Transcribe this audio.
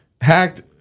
Hacked